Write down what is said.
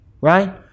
right